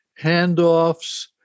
handoffs